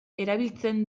erabiltzen